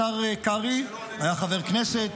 השר קרעי היה חבר כנסת,